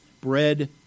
bread